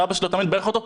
שאבא שלו תמיד בירך אותו,